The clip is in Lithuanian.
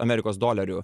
amerikos dolerių